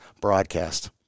broadcast